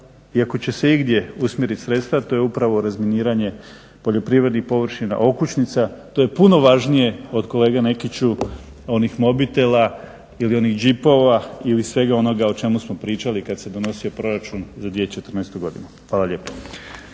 ako će se igdje usmjerit sredstva to je upravno razminiranje poljoprivrednih površina, okućnica, to je puno važnije od kolega Nekiću onih mobitela ili onih džipova ili svega onoga o čemu smo pričali kad se donosio proračun za 2014.godinu. Hvala lijepo.